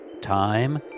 Time